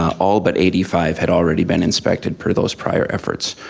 all but eighty five had already been inspected per those prior efforts.